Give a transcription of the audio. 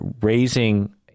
raising